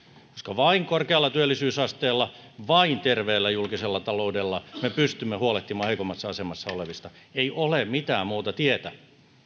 vain korkealla työllisyysasteella vain terveellä julkisella taloudella me pystymme huolehtimaan heikommassa asemassa olevista ei ole mitään muuta tietä